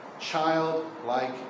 Childlike